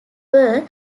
were